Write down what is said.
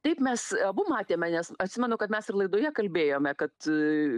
taip mes abu matėme nes atsimenu kad mes ir laidoje kalbėjome kad